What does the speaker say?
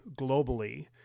globally